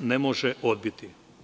ne može odbiti.